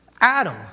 Adam